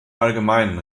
allgemeinen